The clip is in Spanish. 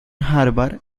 harvard